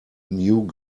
new